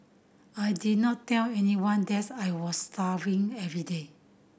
I did not tell anyone that I was starving every day